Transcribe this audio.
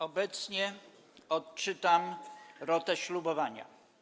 Obecnie odczytam rotę ślubowania.